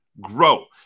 grow